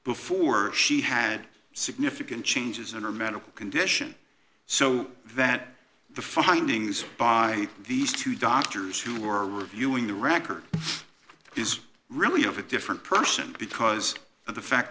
before she had significant changes in her medical condition so that the findings by these two doctors who are reviewing the record is really of a different person because of the fact